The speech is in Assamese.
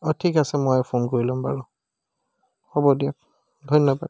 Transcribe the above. অঁ ঠিক আছে ময়ে ফোন কৰি ল'ম বাৰু হ'ব দিয়ক ধন্যবাদ